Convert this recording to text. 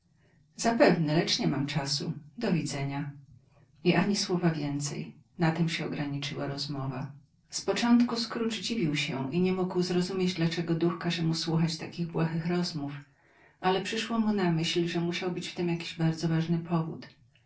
zapewne lecz nie mam czasu do widzenia i ani słowa więcej na tem się ograniczyła rozmowa z początku scrooge dziwił się i nie mógł zrozumieć dlaczego duch każe mu słuchać takich błahych rozmów ale przyszło mu na myśl że musiał być w tem jakiś bardzo ważny powód